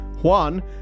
Juan